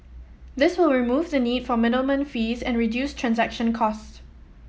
this will remove the need for middleman fees and reduce transaction cost